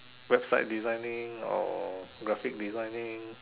website designing or graphic designing